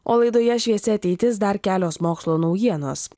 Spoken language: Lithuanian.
o laidoje šviesi ateitis dar kelios mokslo naujienos